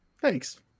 Thanks